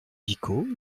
picaud